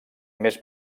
més